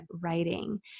writing